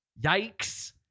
Yikes